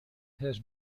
has